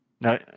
No